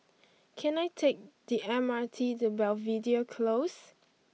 can I take the M R T to Belvedere Close